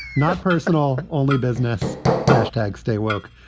not personal, only business hashtag stay woke.